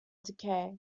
decay